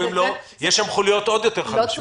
יש שם חוליות עוד יותר חלשות.